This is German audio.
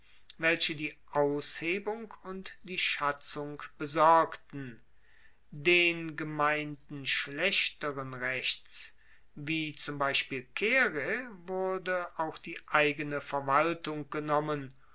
welche die aushebung und die schatzung besorgten den gemeinden schlechteren rechts wie zum beispiel caere wurde auch die eigene verwaltung genommen